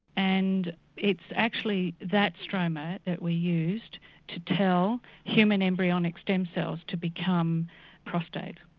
and it's actually that stroma that we used to tell human embryonic stem cells to become prostate.